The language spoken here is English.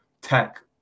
tech